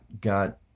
got